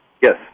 Yes